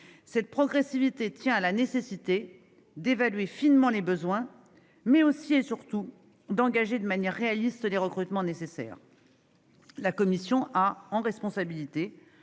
Cette progressivité tient à la nécessité d'évaluer finement les besoins, mais aussi, et surtout, d'engager de manière réaliste les recrutements nécessaires. La commission a, en responsabilité,